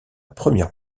première